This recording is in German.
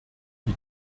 die